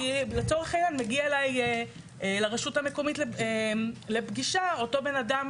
כי לצורך העניין מגיע אליי לרשות המקומית לפגישה אותו בן אדם,